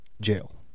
jail